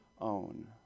own